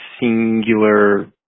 singular